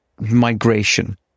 migration